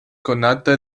konata